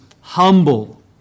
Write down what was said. humble